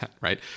right